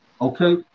Okay